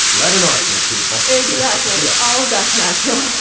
let in ah ask their people. exactly. yeah all of that's natural.